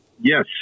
yes